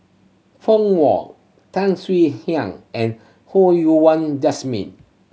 Feng Wong Tan Swie Hian and Ho Yuan Wah Jesmine